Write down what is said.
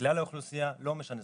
לכלל האוכלוסייה, לא משנה.